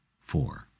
Four